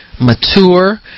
mature